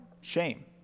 Shame